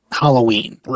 Halloween